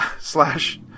slash